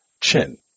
chin